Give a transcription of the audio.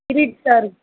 பீரியட்ஸ்ஸா இருக்